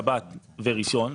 שבת וראשון,